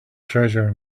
treasure